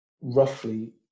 roughly